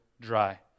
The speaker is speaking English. dry